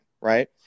right